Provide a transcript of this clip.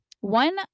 One